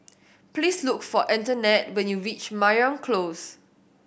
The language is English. please look for Antonette when you reach Mariam Close